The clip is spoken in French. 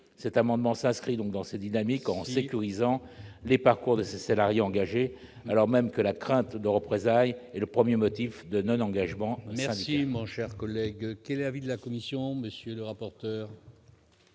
Cet amendement s'inscrit donc dans cette dynamique en visant à sécuriser le parcours des salariés engagés, alors même que la crainte de représailles est le premier motif de non-engagement syndical.